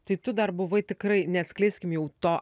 tai tu dar buvai tikrai neatskleiskim jau to